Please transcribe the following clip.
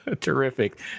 Terrific